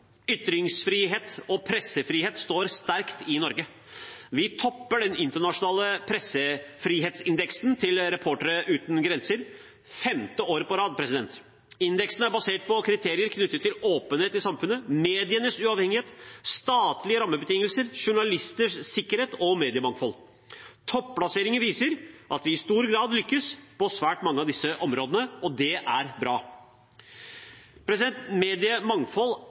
Ytringsfrihet og pressefrihet står sterkt i Norge. Vi topper den internasjonale pressefrihetsindeksen til Reportere uten grenser for femte år på rad. Indeksen er basert på kriterier knyttet til åpenhet i samfunnet, medienes uavhengighet, statlige rammebetingelser, journalisters sikkerhet og mediemangfold. Topplasseringene viser at vi i stor grad lykkes på svært mange av disse områdene, og det er bra. Mediemangfold